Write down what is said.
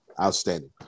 Outstanding